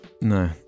No